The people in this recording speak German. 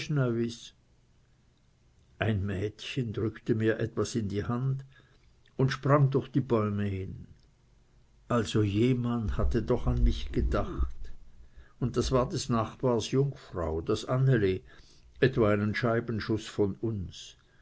ein mädchen drückte mir etwas in die hand und sprang durch die bäume hin also jemand hatte doch an mich gedacht und das war des nachbars jungfrau das anneli etwa einen scheibenschuß von uns